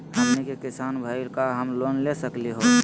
हमनी के किसान भईल, का हम लोन ले सकली हो?